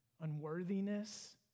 unworthiness